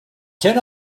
turn